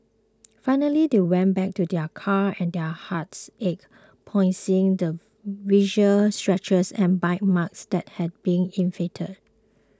finally they went back to their car and their hearts ached upon seeing the visible scratches and bite marks that had been inflicted